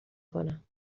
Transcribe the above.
کنم